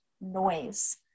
noise